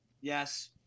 Yes